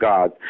God